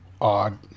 odd